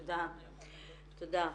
תודה, תודה.